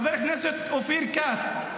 חבר הכנסת אופיר כץ,